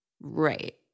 Right